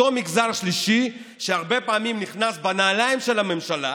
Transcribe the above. אותו מגזר שלישי שהרבה פעמים נכנס בנעליים של הממשלה